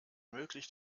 möglich